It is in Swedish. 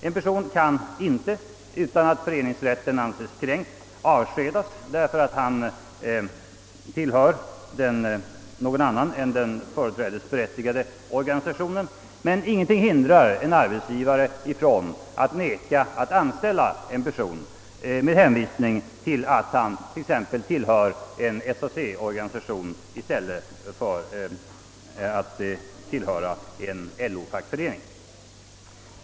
En person kan inte, utan att föreningsrätten anses kränkt, avskedas därför att han tillhör någon annan än den företrädesberättigade organisationen, men ingenting hindrar en arbetsgivare från att neka att anställa en person med hänvisning till att denne t.ex. tillhör en SAC-organisation och inte en LO-fackförening.